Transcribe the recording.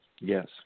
Yes